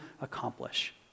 accomplish